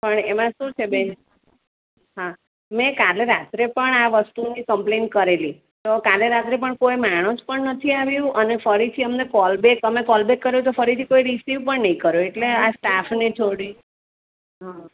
પણ એમાં શું છે બેન હા મેં કાલે રાત્રે પણ આ વસ્તુની કમ્પ્લેઇન કરેલી તો કાલે રાત્રે પણ કોઈ માણસ પણ નથી આવ્યો અને ફરીથી અમને કોલ બેક અમે કોલ બેક કર્યો તો ફરીથી કોઈ રિસિવ પણ નથી કર્યો એટલે આ સ્ટાફને થોડી હં